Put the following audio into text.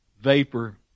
vapor